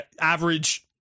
average